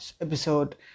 episode